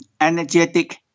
energetic